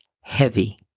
heavy